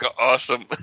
awesome